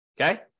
Okay